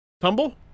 Tumble